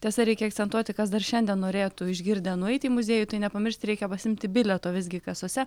tiesa reikia akcentuoti kas dar šiandien norėtų išgirdę nueiti į muziejų tai nepamiršti reikia pasiimti bilieto visgi kasose